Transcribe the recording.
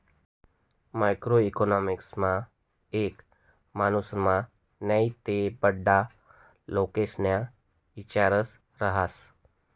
macro इकॉनॉमिक्समा एक मानुसना नै ते बठ्ठा लोकेस्ना इचार रहास